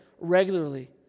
regularly